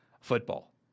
football